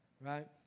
right